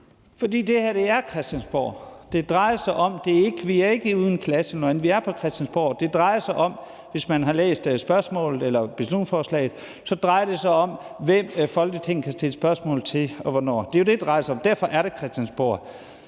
fordi det her er Christiansborg. Vi er ikke i en skoleklasse eller noget andet, vi er på Christiansborg. Det drejer sig om, hvis man har læst beslutningsforslaget, hvem Folketinget kan stille spørgsmål til og hvornår. Det er jo det, det drejer sig om, og derfor er det Christiansborg,